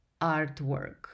artwork